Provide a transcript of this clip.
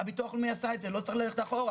הביטוח הלאומי עשה את זה ולא צריך ללכת אחורה.